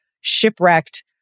shipwrecked